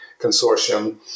consortium